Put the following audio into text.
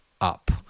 up